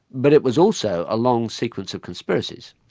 but it was also a long sequence of conspiracies.